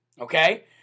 Okay